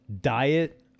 diet